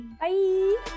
Bye